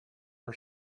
her